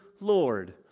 Lord